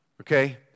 Okay